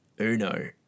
Uno